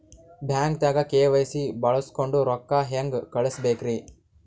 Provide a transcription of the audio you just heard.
ಬ್ಯಾಂಕ್ದಾಗ ಕೆ.ವೈ.ಸಿ ಬಳಸ್ಕೊಂಡ್ ರೊಕ್ಕ ಹೆಂಗ್ ಕಳಸ್ ಬೇಕ್ರಿ?